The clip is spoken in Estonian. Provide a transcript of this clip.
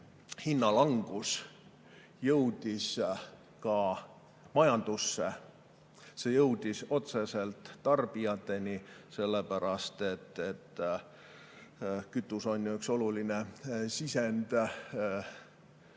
hinnalangus jõudis ka majandusse. See jõudis otseselt tarbijateni, sellepärast et kütus on üks oluline sisend